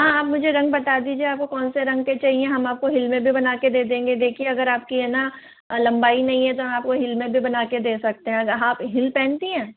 हाँ आप मुझे रंग बता दीजिए आपको कौन से रंग के चाहिए हम आपको हिल में भी बना कर दे देंगे देखिए अगर आपकी है न लम्बाई नहीं है तो आपको हिल में भी बना कर दे सकते हैं आप हील पहनती हैं